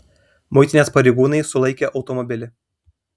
muitinės pareigūnai sulaikė automobilį